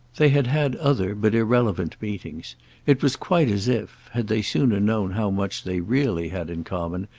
they had had other, but irrelevant, meetings it was quite as if, had they sooner known how much they really had in common,